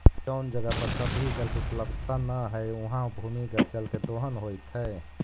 जउन जगह पर सतही जल के उपलब्धता न हई, उहाँ भूमिगत जल के दोहन होइत हई